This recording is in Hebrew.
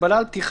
הגבלה על פתיחה.